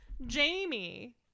Jamie